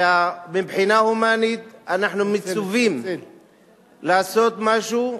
ומבחינה הומנית אנחנו מצווים לעשות משהו,